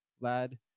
lad